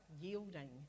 yielding